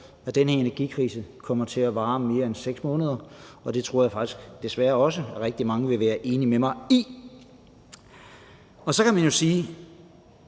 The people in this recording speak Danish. at den her energikrise kommer til at vare mere end 6 måneder, og det tror jeg desværre også rigtig mange vil være enige med mig i. Så kan man jo spørge,